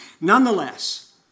Nonetheless